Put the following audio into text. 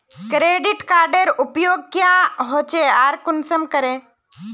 Credit कार्डेर उपयोग क्याँ होचे आर कुंसम करे?